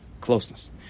closeness